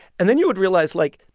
and then you would realize, like,